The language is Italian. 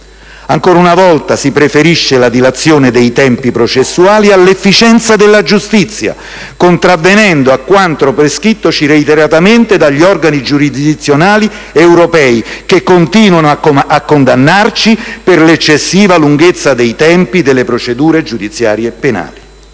Ancora una volta, si preferisce la dilazione dei tempi processuali all'efficienza della giustizia, contravvenendo a quanto prescrittoci reiteratamente dagli organi giurisdizionali europei, che continuano a condannarci per l'eccessiva lunghezza dei tempi delle procedure giudiziarie e penali.